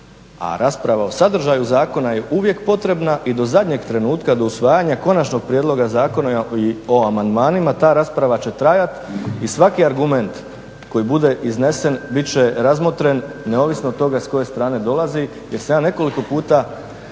a rasprava o sadržaju zakona je uvijek potrebna i do zadnjem trenutka do usvajanja konačnog prijedloga zakona i o amandmanima ta rasprava će trajati i svaki argument koji bude iznesen bit će razmotren neovisno od toga s koje strane dolazi jer sam ja nekoliko puta